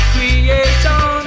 Creation